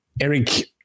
Eric